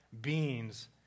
beings